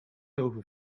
over